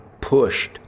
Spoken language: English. pushed